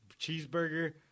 cheeseburger